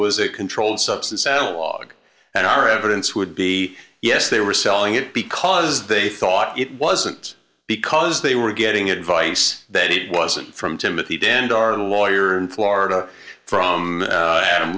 was a controlled substance and log and our evidence would be yes they were selling it because they thought it wasn't because they were getting advice that it wasn't from timothy dan daryn lawyer in florida from adam